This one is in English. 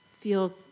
feel